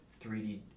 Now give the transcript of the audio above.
3D